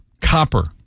copper